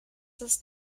ist